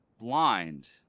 blind